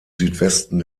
südwesten